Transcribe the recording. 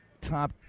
Top